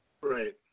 Right